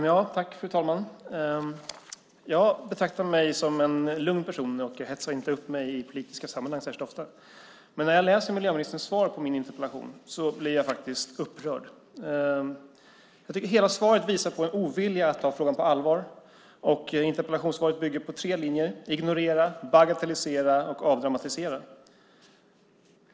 Fru talman! Jag betraktar mig som en lugn person. Jag hetsar inte upp mig i politiska sammanhang särskilt ofta. Men när jag läser miljöministerns svar på min interpellation blir jag faktiskt upprörd. Jag tycker att hela svaret visar på en ovilja att ta frågan på allvar. Interpellationssvaret bygger på tre linjer: ignorera, bagatellisera och avdramatisera.